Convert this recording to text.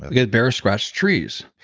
ah get bear scratch trees.